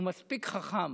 הוא מספיק חכם